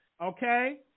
okay